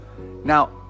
Now